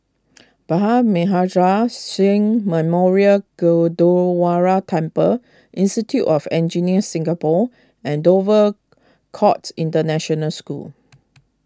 Bhai Maharaj Singh Memorial Gurdwara Temple Institute of Engineers Singapore and Dover Court International School